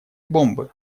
бомбы